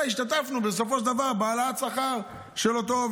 השתתפנו בסופו של דבר בהעלאת השכר של אותו העובד,